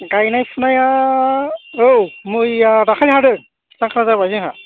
गायनाय फुनाया औ मैया दाखालै हादों जांख्रा जाबाय जोंहा